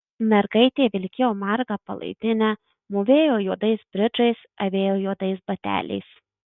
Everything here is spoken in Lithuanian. mergaitė vilkėjo marga palaidine mūvėjo juodais bridžais avėjo juodais bateliais